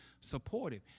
supportive